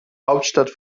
hauptstadt